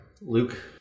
Luke